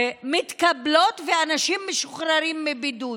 מתקבלות, ואנשים משוחררים מבידוד.